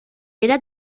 era